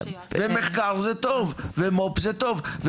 למחקר זה טוב ומו"פ זה טוב,